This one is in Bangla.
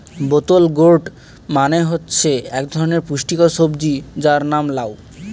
বোতল গোর্ড মানে হচ্ছে এক ধরনের পুষ্টিকর সবজি যার নাম লাউ